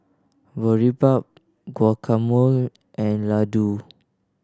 Boribap Guacamole and Ladoo